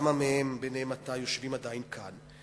וכמה מהם, ביניהם אתה, עדיין יושבים כאן.